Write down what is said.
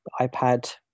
iPad